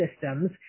systems